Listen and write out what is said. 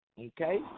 okay